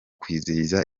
kwizihiza